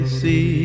see